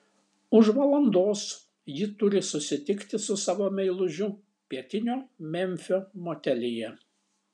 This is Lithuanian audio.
už valandos ji turi susitikti su savo meilužiu pietinio memfio motelyje